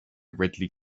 ridley